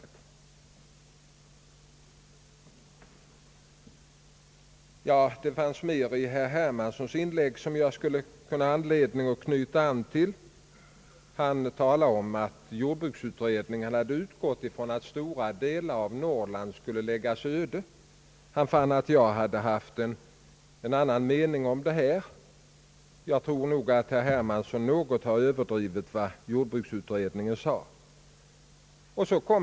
Det fanns ytterligare saker i herr Hermanssons inlägg som jag kunde ha anledning att knyta an till. Herr Hermansson gjorde gällande att jordbruksutredningen utgått från att stora delar av Norrland skulle läggas öde, och han fann att jag hade haft en annan mening om detta. Herr Hermansson har nog något överdrivit vad jordbruksutredningen kom fram till.